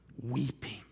weeping